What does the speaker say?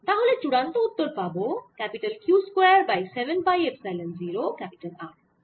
তাহলে চুড়ান্ত উত্তর পাবো Q square by 7 pi epsilon 0 R